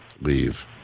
leave